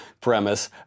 premise